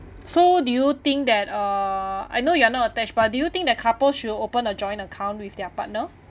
so do you think that uh I know you're not attach but do you think that couples should open a joint account with their partner